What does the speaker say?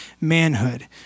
manhood